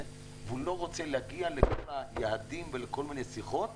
והוא לא רוצה להגיע לכל היעדים ולכל מיני שיחות